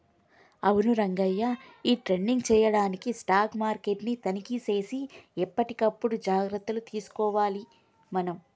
అవును రంగయ్య ఈ ట్రేడింగ్ చేయడానికి స్టాక్ మార్కెట్ ని తనిఖీ సేసి ఎప్పటికప్పుడు జాగ్రత్తలు తీసుకోవాలి మనం